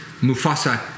Mufasa